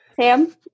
Sam